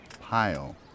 Pile